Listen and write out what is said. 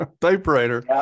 Typewriter